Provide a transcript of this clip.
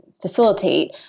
facilitate